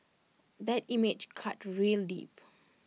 that image cut real deep